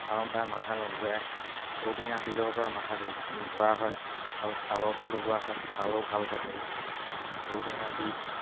আৰাম পায় মাথা নুঘুৰায় ঔটেঙা বীজৰ পৰা মাথা ধু ধোৱা হয় আৰু ছালতো লগোৱা হয় ছালো ভাল হৈ থাকে ঔটেঙা বীজ